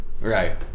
Right